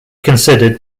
considered